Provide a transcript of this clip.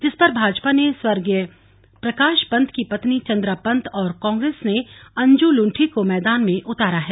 जिस पर भाजपा ने स्वर्गीय प्रकाश पंत की पत्नी चंद्रा पंत और कांग्रेस ने अंजू लुंठी को मैदान में उतारा है